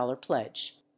pledge